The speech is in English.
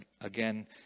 again